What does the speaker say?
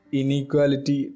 inequality